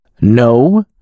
no